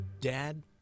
Dad